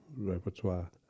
repertoire